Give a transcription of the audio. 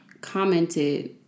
commented